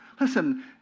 Listen